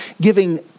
giving